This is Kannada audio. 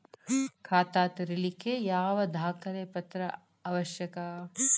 ಖಾತಾ ತೆರಿಲಿಕ್ಕೆ ಯಾವ ದಾಖಲೆ ಪತ್ರ ಅವಶ್ಯಕ?